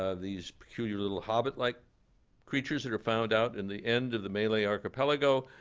ah these peculiar little hobbit-like creatures that are found out in the end of the malay archipelago.